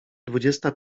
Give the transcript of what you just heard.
dwudziesta